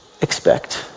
expect